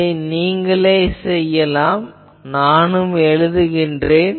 இதை நீங்களே செய்யலாம் நானும் எழுதுகிறேன்